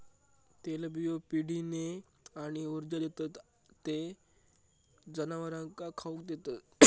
तेलबियो पिढीने आणि ऊर्जा देतत ते जनावरांका खाउक देतत